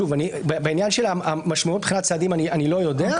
בעניין של המשמעות מבחינת צעדים, אני לא יודע.